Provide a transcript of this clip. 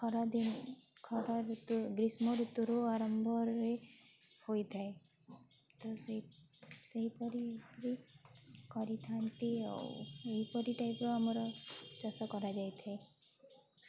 ଖରାଦିନେ ଖରା ଋତୁ ଗ୍ରୀଷ୍ମ ଋତୁରୁ ଆରମ୍ଭରେ ହୋଇଥାଏ ତ ସେହିପରି ବି କରିଥାନ୍ତି ଆଉ ଏହିପରି ଟାଇପ୍ ର ଆମର ଚାଷ କରାଯାଇଥାଏ